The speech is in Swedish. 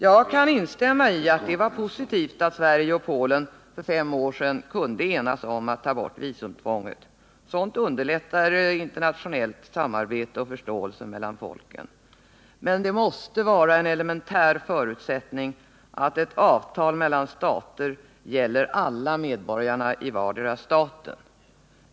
Jag kan instämma i att det var positivt att Sverige och Polen för fem år sedan kunde enas om att ta bort visumtvånget. Sådant underlättar internationellt samarbete och förståelse mellan folken. Men det måste vara en elementär förutsättning att ett avtal mellan stater gäller alla medborgarna i båda staterna.